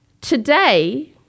Today